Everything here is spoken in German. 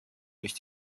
durch